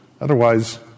Otherwise